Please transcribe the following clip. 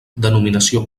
denominació